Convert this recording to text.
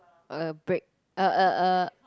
a break a a a